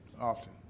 often